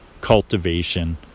cultivation